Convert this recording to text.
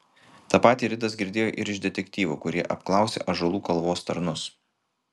tą patį ridas girdėjo ir iš detektyvų kurie apklausė ąžuolų kalvos tarnus